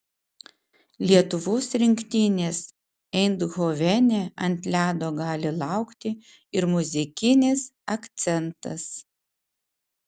lietuvos rinktinės eindhovene ant ledo gali laukti ir muzikinis akcentas